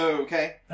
Okay